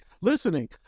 Listening